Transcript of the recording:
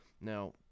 Now